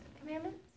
commandments